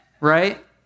right